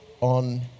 on